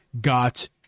got